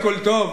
הכול טוב.